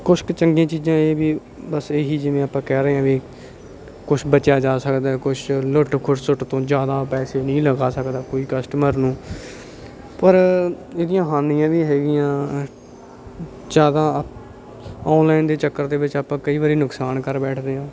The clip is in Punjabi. ਕੁਛ ਕੁ ਚੰਗੀਆਂ ਚੀਜ਼ਾਂ ਇਹ ਵੀ ਬਸ ਇਹੀ ਜਿਵੇਂ ਆਪਾਂ ਕਹਿ ਰਹੇ ਆ ਵੀ ਕੁਛ ਬਚਿਆ ਜਾ ਸਕਦਾ ਕੁਛ ਲੁੱਟ ਖਸੁੱਟ ਤੋਂ ਜ਼ਿਆਦਾ ਪੈਸੇ ਨਹੀਂ ਲਗਾ ਸਕਦਾ ਕੋਈ ਕਸਟਮਰ ਨੂੰ ਪਰ ਇਹਦੀਆਂ ਹਾਨੀਆਂ ਵੀ ਹੈਗੀਆਂ ਜ਼ਿਆਦਾ ਔਨਲਾਈਨ ਦੇ ਚੱਕਰ ਦੇ ਵਿੱਚ ਆਪਾਂ ਕਈ ਵਾਰੀ ਨੁਕਸਾਨ ਕਰ ਬੈਠਦੇ ਹਾਂ